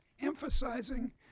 emphasizing